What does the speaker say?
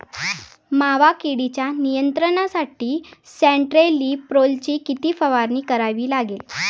मावा किडीच्या नियंत्रणासाठी स्यान्ट्रेनिलीप्रोलची किती फवारणी करावी लागेल?